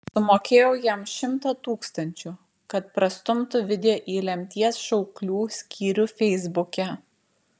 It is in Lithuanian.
sumokėjau jam šimtą tūkstančių kad prastumtų video į lemties šauklių skyrių feisbuke